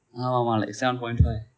ஆமா ஆமா:aama aama like seven point nine